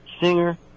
singer